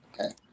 okay